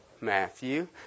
Matthew